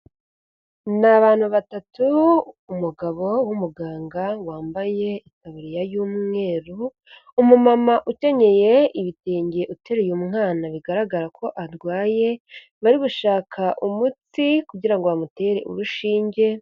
Ni abantu batatu, umugabo w'umuganga wambaye itaburiya y'umweru, umumama ukenyeye ibitenge uteruye umwana bigaragara ko arwaye, bari gushaka umuti kugira ngo bamutere urushinge.